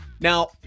Now